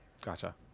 Gotcha